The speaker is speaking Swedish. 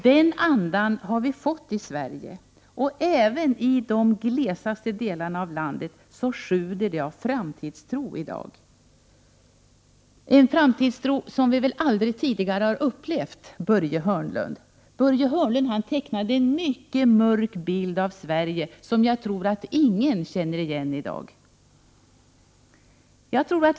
Den andan har vi fått i Sverige, och även i de glesaste delarna av landet sjuder det av framtidstro. Denna framtidstro har vi aldrig tidigare upplevt. Börje Hörnlund tecknade en mycket mörk bild av Sverige, som jag inte tror att någon i dag känner igen.